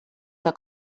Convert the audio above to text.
que